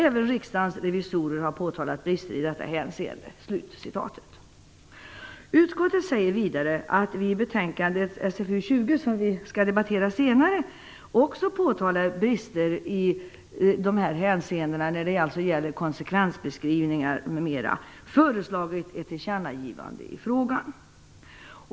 Även Riksdagens revisorer har påtalat brister i detta hänseende". Utskottet säger vidare att man i betänkande SfU20, som vi skall debattera senare, också påtalar brister när det gäller konsekvensbeskrivningar m.m. Man har föreslagit ett tillkännagivande i frågan.